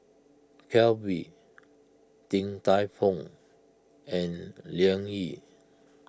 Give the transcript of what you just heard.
Calbee Din Tai Fung and Liang Yi